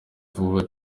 vuba